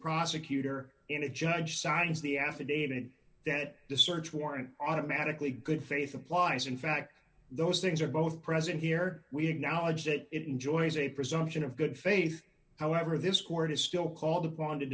prosecutor and a judge signs the affidavit that to search warrant automatically good faith applies in fact those things are both present here we acknowledge that it enjoys a presumption of good faith however this court is still called upon to